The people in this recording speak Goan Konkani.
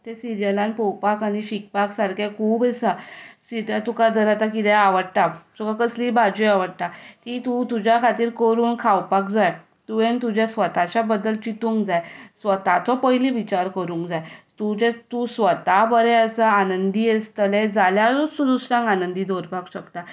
ते सिरियलांत पळोवपाक आनी शिकपा सारकें खूब आसा तुका जर आतां कितें आवडटा तुका कसलीय भाजी आवडटा ती तुज्या खातीर करून खावपाक जाय तुवें तुज्या स्वताच्या बद्दल चिंतूंक जाय स्वताचो पयलीं विचार करूंक जाय तूं स्वता बरें आसा आनंदी आसतलें जाल्यारूच तूं दुसऱ्यांक आनंदी दवरपाक शकता